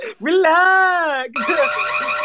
Relax